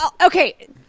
Okay